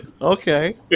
okay